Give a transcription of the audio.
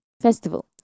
festival